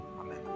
Amen